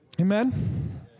Amen